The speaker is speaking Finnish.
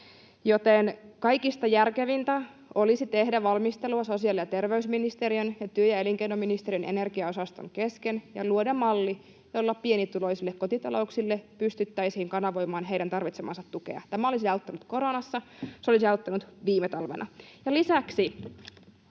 Joten kaikista järkevintä olisi tehdä valmistelua sosiaali- ja terveysministeriön ja työ- ja elinkeinoministeriön energiaosaston kesken ja luoda malli, jolla pienituloisille kotitalouksille pystyttäisiin kanavoimaan heidän tarvitsemaansa tukea. Tämä olisi auttanut koronassa, se olisi auttanut viime talvena. Lisäksi